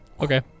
Okay